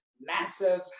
massive